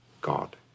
God